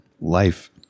life